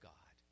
God